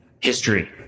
history